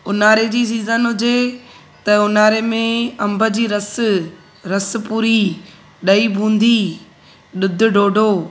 ऊन्हारे जी सीज़न हुजे त ऊन्हारे में अम्ब जी रसि रसि पूरी ॾही बूंदी ॾुधु ढोढो